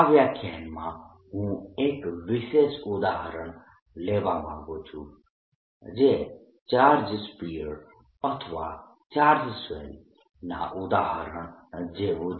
આ વ્યાખ્યાનમાં હું એક વિશેષ ઉદાહરણ લેવા માંગુ છું જે ચાર્જ સ્ફીયર અથવા ચાર્જ શેલ ના ઉદાહરણ જેવું જ છે